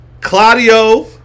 Claudio